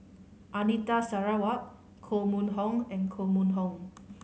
Anita Sarawak Koh Mun Hong and Koh Mun Hong